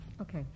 Okay